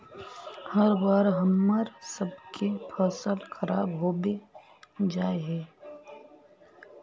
हर बार हम्मर सबके फसल खराब होबे जाए है?